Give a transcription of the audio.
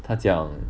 他讲